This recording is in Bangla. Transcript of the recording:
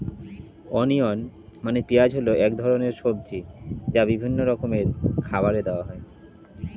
অনিয়ন মানে পেঁয়াজ হল এক ধরনের সবজি যা বিভিন্ন রকমের খাবারে দেওয়া হয়